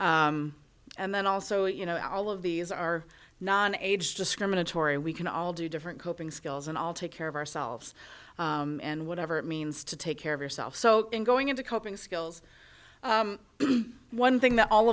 tough and then also you know all of these are not age discriminatory we can all do different coping skills and i'll take care of ourselves and whatever it means to take care of yourself so in going into coping skills one thing that all